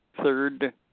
third